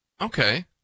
okay